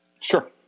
Sure